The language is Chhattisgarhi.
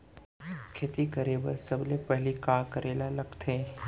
खेती करे बर सबले पहिली का करे ला लगथे?